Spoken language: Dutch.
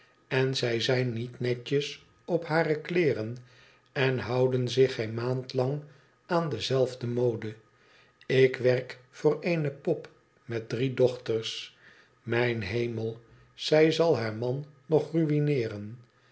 len zij zijn niet netjes op hare kleeren en houden ich geen maand lang aan dezelfde mode ik werk voor eene pop met irïe dochters mijn hemel zij zal haar man nog